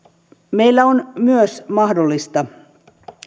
meillä on myös mahdollista